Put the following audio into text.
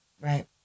Right